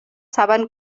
saben